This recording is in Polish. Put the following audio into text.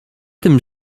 tym